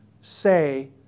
say